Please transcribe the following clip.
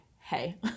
hey